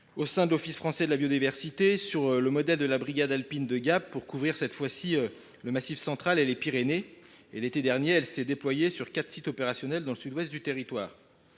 au sein de l’Office français de la biodiversité, sur le modèle de la brigade alpine de Gap, mais pour couvrir le Massif central et les Pyrénées. L’été dernier, cette nouvelle brigade s’est déployée sur quatre sites opérationnels dans le sud ouest du territoire.